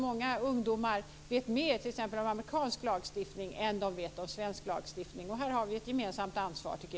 Många ungdomar vet mer om t.ex. amerikansk lagstiftning än om svensk lagstiftning. Här har vi ett gemensamt ansvar.